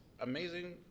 amazing